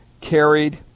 carried